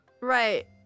Right